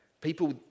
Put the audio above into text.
People